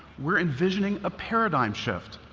we're envisioning a paradigm shift.